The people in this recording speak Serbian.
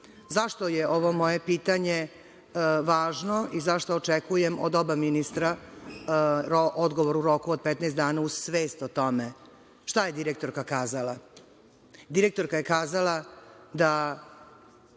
bude.Zašto je ovo moje pitanje važno i zašto očekujem od oba ministra odgovor u roku od 15 dana, uz svest o tome šta je direktorka kazala?